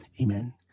Amen